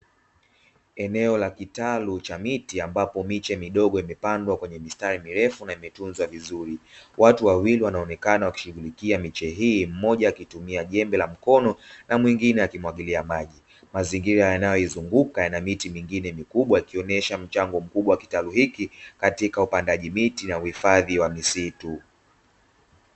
Eneo la kitalu cha miti ambapo miche midogo imepandwa kwenye mistari mirefu na imetunzwa vizuri. Watu wawili wanaonekana wakishughulikia miche hii, mmoja akitumia jembe la mkono na mwengine akimwagilia maji. Mazingira yanayoizunguka yana miti mingine mikubwa ikionesha mchango wa kitalu hiki katika upandaji miti na uhifadhi wa misitu.